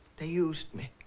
they used me.